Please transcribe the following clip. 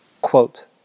Quote